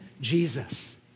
Jesus